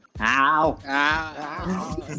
Ow